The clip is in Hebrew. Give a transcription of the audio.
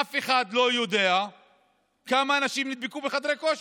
אף אחד לא יודע כמה אנשים נדבקו בחדרי כושר.